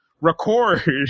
record